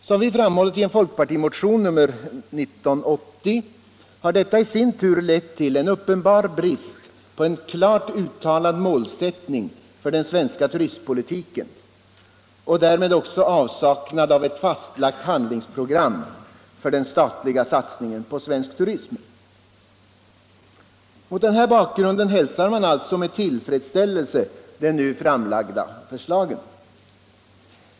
Som vi framhållit i folkpartimotionen 1980, har detta i sin tur lett till en uppenbar brist på en klart uttalad målsättning för den svenska turistpolitiken och därmed också avsaknad av ett fastlagt handlingsprogram för den statliga satsningen på svensk turism. Mot denna bakgrund hälsar man med tillfredsställelse de nu framlagda förslagen.